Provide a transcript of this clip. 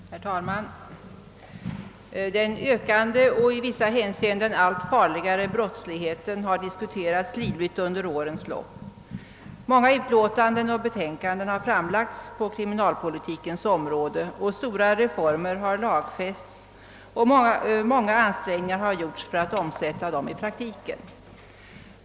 Herr talman! Den ökande och i vissa hänseenden allt farligare brottsligheten har diskuterats livligt under årens lopp. Många utlåtanden och betänkanden inom kriminalpolitikens område har framlagts, stora reformer har lagfästs och många ansträngningar har gjorts för alt omsätta dem i praktiken.